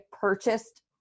purchased